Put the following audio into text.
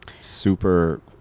super